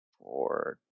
four